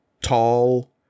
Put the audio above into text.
tall